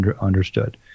understood